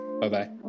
Bye-bye